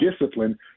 discipline